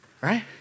Right